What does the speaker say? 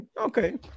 Okay